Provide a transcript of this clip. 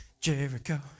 Jericho